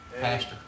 Pastor